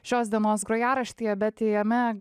šios dienos grojaraštyje bet jame